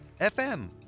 FM